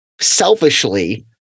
selfishly